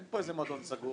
אין פה איזה מועדון סגור.